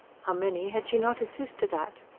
how many had she not assisted at!